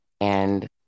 and-